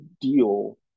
deal